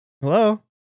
Hello